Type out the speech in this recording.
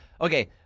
okay